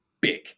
big